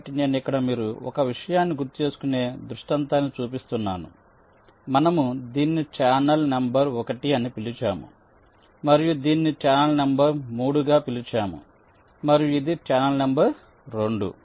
కాబట్టి నేను ఇక్కడ మీరు ఉన్న ఒక విషయాన్ని గుర్తుచేసుకునే దృష్టాంతాన్ని చూపిస్తున్నాను మనము దీనిని ఛానల్ నంబర్ 1 అని పిలిచాము మరియు దీనిని ఛానల్ నంబర్ 3 గా పిలిచాము మరియు ఇది ఛానల్ నంబర్ 2